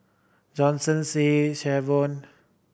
Johnson Shay Savon